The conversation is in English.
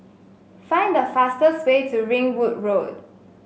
find the fastest way to Ringwood Road